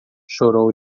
chorou